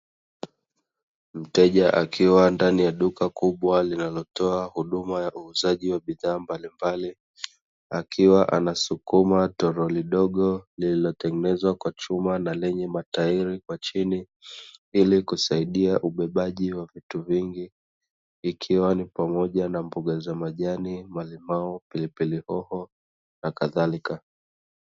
Mteja akiwa ndani ya duka kubwa linalotoa huduma ya uuzaji wa bidhaa mbalimbali. Akiwa anasukuma toroli dogo, lililotengenezwa kwa chuma na lenye matairi kwa chini, ili kusaidia ubebaji wa vitu vingi ikiwa ni pamoja na mboga za majani, malimao, pilipili hoho na kadhalika.